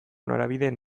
norabideen